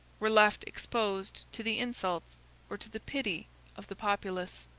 were left exposed to the insults or to the pity of the populace.